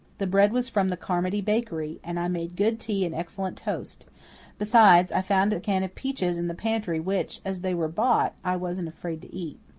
the bread was from the carmody bakery and i made good tea and excellent toast besides, i found a can of peaches in the pantry which, as they were bought, i wasn't afraid to eat.